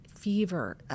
Fever